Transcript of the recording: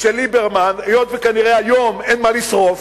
של ליברמן, היות שכנראה היום אין מה לשרוף,